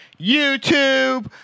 YouTube